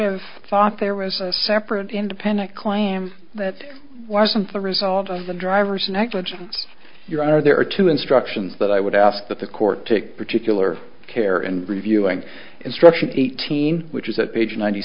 have thought there was a separate independent claim that wasn't the result of the driver's negligence your honor there are two instructions that i would ask that the court take particular care in reviewing instruction eighteen which is that page ninety